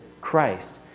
Christ